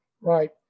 right